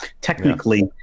Technically